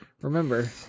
remember